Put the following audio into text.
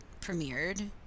premiered